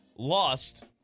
Lost